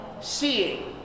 seeing